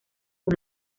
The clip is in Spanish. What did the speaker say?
con